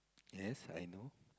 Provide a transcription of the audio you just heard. yes I know